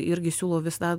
irgi siūlau visada